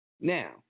Now